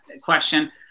question